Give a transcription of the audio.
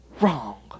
wrong